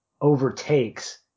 overtakes